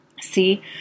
See